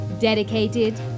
Dedicated